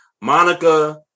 Monica